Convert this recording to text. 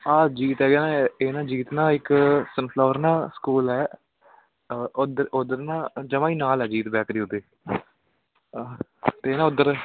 ਆ ਜੀਤ ਹੈ ਨਾ ਇਹ ਨਾ ਜੀਤ ਨਾ ਇੱਕ ਸਨਫਲਾਵਰ ਨਾ ਸਕੂਲ ਹੈ ਉੱਧਰ ਉੱਧਰ ਨਾ ਜਮਾ ਹੀ ਨਾਲ ਹੈ ਜੀਤ ਬੈਕਰੀ ਉਹਦੇ ਅਤੇ ਨਾ ਉੱਧਰ